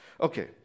Okay